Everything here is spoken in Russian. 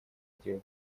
этими